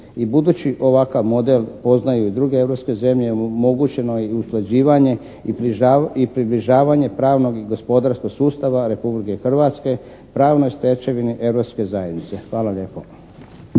budući ovakav model poznaju i druge europske zemlje omogućeno je i usklađivanje i približavanje pravnog i gospodarskog sustava Republike Hrvatske pravnoj stečevini Europske zajednice. Hvala lijepo.